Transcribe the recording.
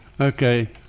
Okay